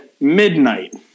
Midnight